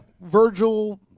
Virgil